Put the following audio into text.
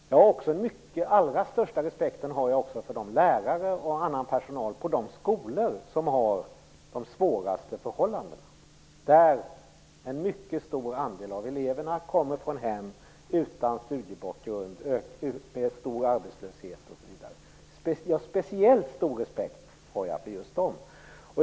Jag har också allra största respekt för lärare och annan personal som arbetar på de skolor som har de svåraste förhållandena, där en mycket stor andel av eleverna kommer från hem utan studiebakgrund och hem där arbetslösheten är stor. Jag har speciellt stor respekt för just dessa lärare och denna personal.